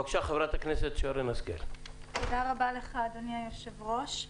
תודה רבה לך אדוני היושב ראש.